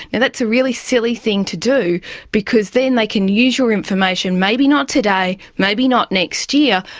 and that's a really silly thing to do because then they can use your information, maybe not today, maybe not next year,